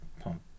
Pump